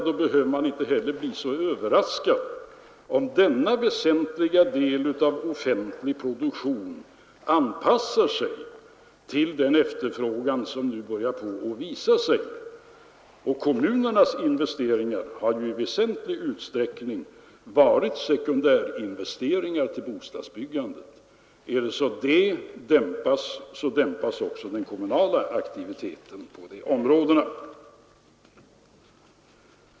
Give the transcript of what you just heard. Då behöver man inte heller bli så överraskad om denna väsentliga del av offentlig produktion anpassar sig till den efterfrågan som nu börjar visa sig — och kommunernas investeringar har i väsentlig utsträckning varit sekundärinvesteringar till bostadsbyggandet. Dämpas det minskar också den kommunala aktiviteten på dessa områden.